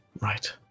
right